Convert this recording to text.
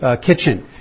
kitchen